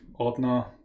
Ordner